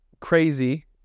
crazy